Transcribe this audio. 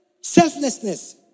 selflessness